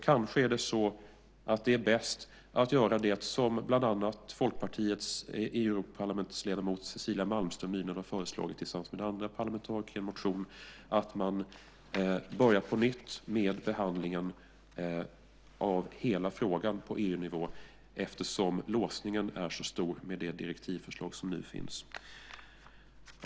Kanske är det bäst att göra det som Folkpartiets Europaparlamentsledamot Cecilia Malmström nyligen tillsammans med andra parlamentariker har föreslagit i en motion, nämligen att man på nytt börjar behandla hela frågan på EU-nivå, eftersom låsningen är så stor med det direktivförslag som nu finns.